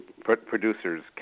producers